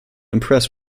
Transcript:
impress